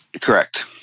Correct